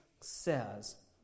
says